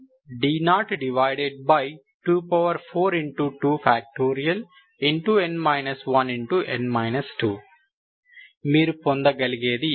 n 1n 2 మీరు పొందగలిగేది ఇదే